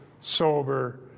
sober